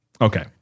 Okay